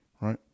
right